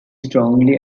strongly